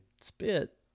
spit